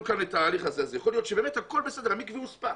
אז יכול להיות שהמקווה הוא ספא